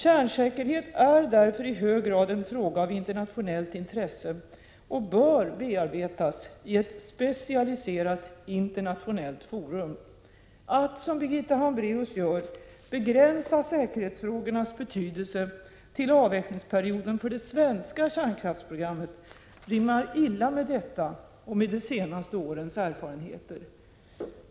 Kärnsäkerhet är därför i hög grad en fråga av internationellt intresse och bör bearbetas i ett specialiserat internationellt forum. Att, som Birgitta Hambraeus gör, begränsa säkerhetsfrågornas betydelse till avvecklingsperioden för det svenska kärnkraftsprogrammet rimmar illa med detta och med de senaste årens erfarenheter.